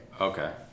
Okay